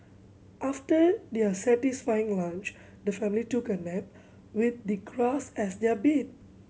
after their satisfying lunch the family took a nap with the grass as their bed